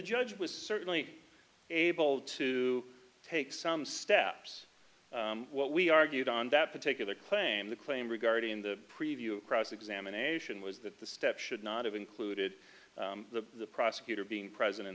judge was certainly able to take some steps what we argued on that particular claim the claim regarding the preview of cross examination was that the step should not have included the prosecutor being present in